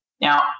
Now